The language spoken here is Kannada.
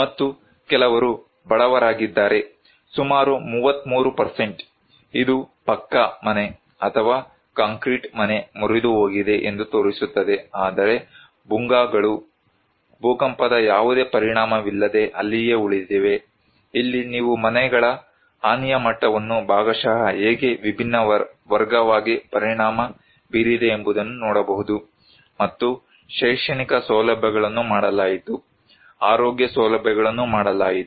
ಮತ್ತು ಕೆಲವರು ಬಡವರಾಗಿದ್ದಾರೆ ಸುಮಾರು 33 ಇದು ಪಕ್ಕಾ ಮನೆ ಅಥವಾ ಕಾಂಕ್ರೀಟ್ ಮನೆ ಮುರಿದುಹೋಗಿದೆ ಎಂದು ತೋರಿಸುತ್ತದೆ ಆದರೆ ಭೂಗಾಗಳು ಭೂಕಂಪದ ಯಾವುದೇ ಪರಿಣಾಮವಿಲ್ಲದೆ ಅಲ್ಲಿಯೇ ಉಳಿದಿವೆ ಇಲ್ಲಿ ನೀವು ಮನೆಗಳ ಹಾನಿಯ ಮಟ್ಟವನ್ನು ಭಾಗಶಃ ಹೇಗೆ ವಿಭಿನ್ನ ವರ್ಗವಾಗಿ ಪರಿಣಾಮ ಬೀರಿದೆ ಎಂಬುದನ್ನು ನೋಡಬಹುದು ಮತ್ತು ಶೈಕ್ಷಣಿಕ ಸೌಲಭ್ಯಗಳನ್ನು ಮಾಡಲಾಯಿತು ಆರೋಗ್ಯ ಸೌಲಭ್ಯಗಳನ್ನು ಮಾಡಲಾಯಿತು